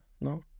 no